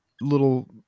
little